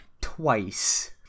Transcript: twice